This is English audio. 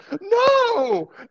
no